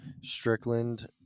Strickland